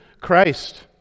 Christ